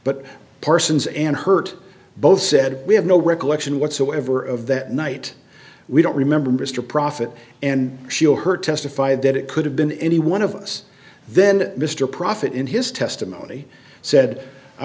but parsons and hurt both said we have no recollection whatsoever of that night we don't remember mr prophet and her testify that it could have been any one of us then mr prophet in his